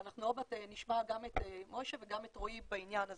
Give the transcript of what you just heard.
ואנחנו עוד מעט נשמע גם את מוישה וגם את רועי בעניין הזה.